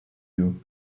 you